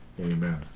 Amen